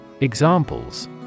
Examples